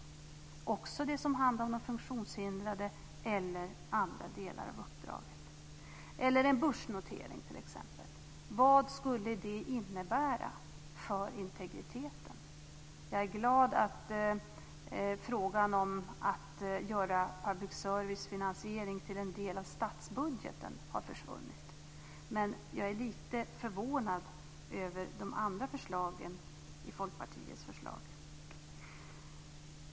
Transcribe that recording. Det gäller bl.a. de funktionshindrades möjligheter och andra delar av uppdraget. Vad skulle t.ex. en börsnotering innebära för integriteten? Jag är glad att frågan om att göra public service-finansiering till en del av statsbudgeten har försvunnit. Men jag är lite förvånad över Folkpartiets andra förslag.